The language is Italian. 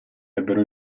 ebbero